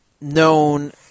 Known